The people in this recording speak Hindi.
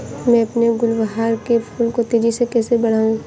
मैं अपने गुलवहार के फूल को तेजी से कैसे बढाऊं?